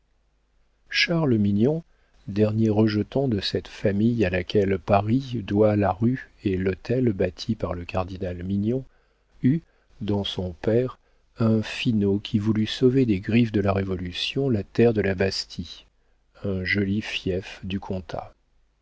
charles mignon dernier rejeton de cette famille à laquelle paris doit la rue et l'hôtel bâti par le cardinal mignon eut dans son père un finaud qui voulut sauver des griffes de la révolution la terre de la bastie un joli fief du comtat